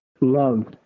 love